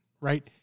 right